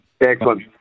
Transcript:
Excellent